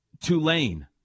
Tulane